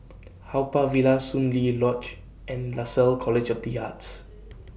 Haw Par Villa Soon Lee Lodge and Lasalle College of The Arts